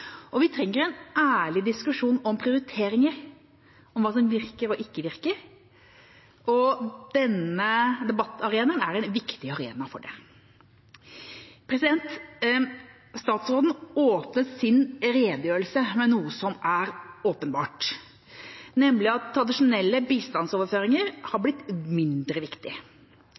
Vi trenger en ærlig diskusjon om prioriteringer, om hva som virker og ikke virker, og denne debattarenaen er en viktig arena for det. Statsråden åpnet sin redegjørelse med noe som er åpenbart, nemlig at tradisjonelle bistandsoverføringer har blitt mindre viktig.